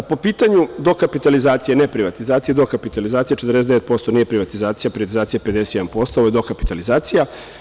Po pitanju dokapitalizacije, ne privatizacije, dokapitalizacije, 49% nije privatizacija, privatizacija je 51%, ovo je dokapitalizaicja.